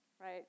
right